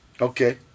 Okay